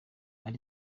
ari